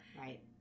Right